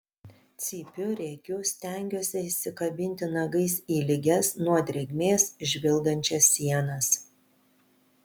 cypiu rėkiu stengiuosi įsikabinti nagais į lygias nuo drėgmės žvilgančias sienas